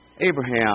Abraham